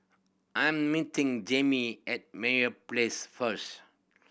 I am meeting Jamey at Meyer Place first